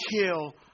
kill